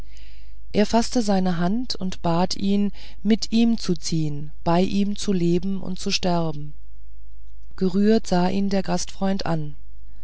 er faßte seine hand und bat ihn mit ihm zu ziehen bei ihm zu leben und zu sterben gerührt sah ihn der gastfreund an